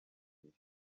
ibiri